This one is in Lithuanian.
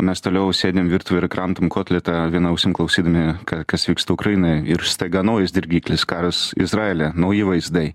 mes toliau sėdim virtuvėj ir kramtom kotletą viena ausim klausydami ką kas vyksta ukrainoje ir staiga naujas dirgiklis karas izraelyje nauji vaizdai